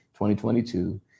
2022